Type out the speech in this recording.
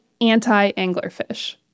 anti-anglerfish